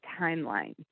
timeline